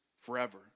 forever